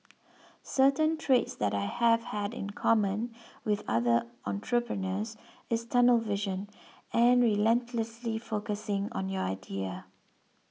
certain traits that I have had in common with other entrepreneurs is tunnel vision and relentlessly focusing on your idea